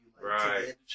right